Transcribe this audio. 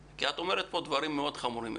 את אומרת פה דברים מאוד חמורים.